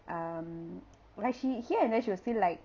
um like she here and there she will still like